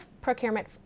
procurement